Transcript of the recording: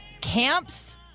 Camps